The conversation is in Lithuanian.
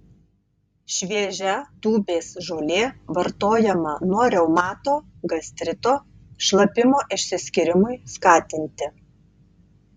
šviežia tūbės žolė vartojama nuo reumato gastrito šlapimo išsiskyrimui skatinti